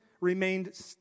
remained